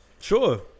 Sure